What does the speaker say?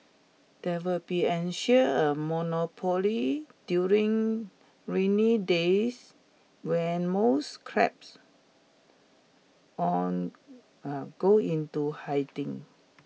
there will be ensure a monopoly during rainy days when most crabs on a go into hiding